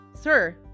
sir